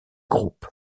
groupe